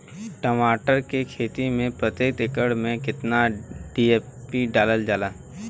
टमाटर के खेती मे प्रतेक एकड़ में केतना डी.ए.पी डालल जाला?